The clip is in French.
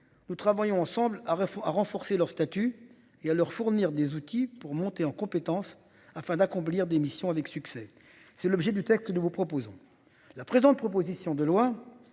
nous travaillons ensemble à, à renforcer leur statut et à leur fournir des outils pour monter en compétences afin d'accomplir des missions avec succès. C'est l'objet du texte que nous vous proposons la présente, proposition de loi